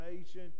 nation